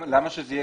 למה שזה יהיה?